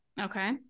Okay